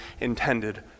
intended